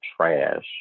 trash